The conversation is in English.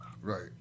Right